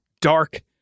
dark